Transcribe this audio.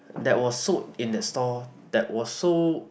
that was sold in that store that was so